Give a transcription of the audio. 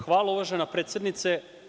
Hvala, uvažena predsednice.